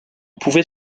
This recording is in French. pouvait